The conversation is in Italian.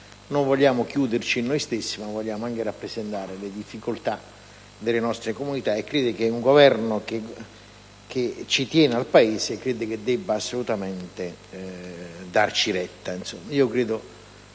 non vogliamo chiuderci in noi stessi, ma vogliamo rappresentare anche le difficoltà delle nostre comunità, e un Governo che tiene al Paese penso che debba assolutamente darci retta.